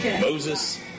Moses